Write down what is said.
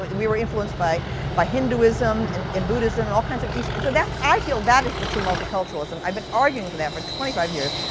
we were influenced by by hinduism, and and buddhism, and all kinds of eastern. so i feel that is the true multiculturalism. i've been arguing for that for twenty five years.